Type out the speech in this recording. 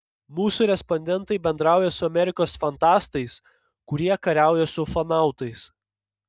mūsų respondentai bendrauja su amerikos fantastais kurie kariauja su ufonautais